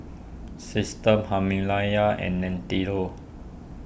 Systema Himalaya and Nintendo